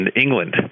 England